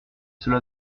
cela